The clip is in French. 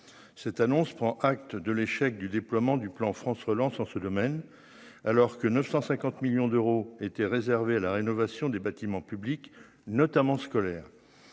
cette annonce prend acte de l'échec du déploiement du plan France relance en ce domaine, alors que 950 millions d'euros était réservée à la rénovation des bâtiments publics notamment scolaire